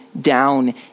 down